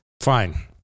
Fine